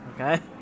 Okay